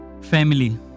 Family